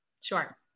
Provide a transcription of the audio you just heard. Sure